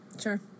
Sure